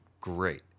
great